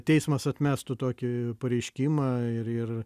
teismas atmestų tokį pareiškimą ir ir